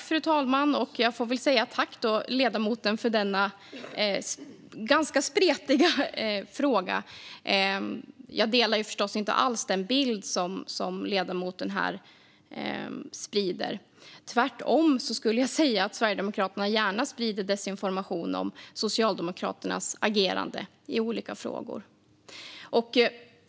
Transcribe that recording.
Fru talman! Jag får väl tacka ledamoten för denna ganska spretiga fråga. Jag delar förstås inte alls den bild som ledamoten sprider här, tvärtom. Jag skulle säga att Sverigedemokraterna gärna sprider desinformation om Socialdemokraternas agerande i olika frågor.